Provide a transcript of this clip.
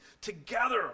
together